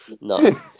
no